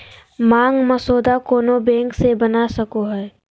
मांग मसौदा कोनो बैंक से बना सको हइ